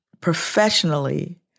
professionally